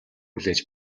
хүлээж